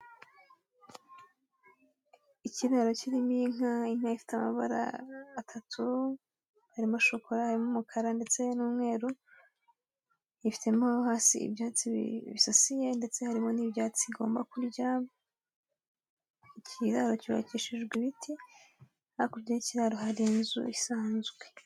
Ikiraro kirimo inka, inka ifite amabara atatu, harimo shokora, harimo umukara ndetse n'umweru, ifitemo hasi ibyatsi bisasiye ndetse harimo n'ibyatsi igomba kurya, ikiraro cyubakishijwe ibiti, hakurya y'ikiraro hari inzu isanzwe.